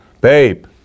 Babe